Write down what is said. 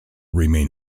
remain